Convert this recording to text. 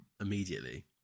immediately